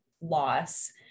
loss